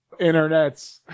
internets